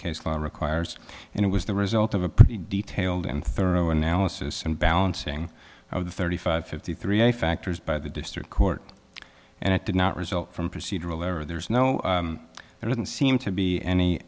case law requires and it was the result of a pretty detailed and thorough analysis and balancing of the thirty five fifty three a factors by the district court and it did not result from procedural error there's no i didn't seem to be any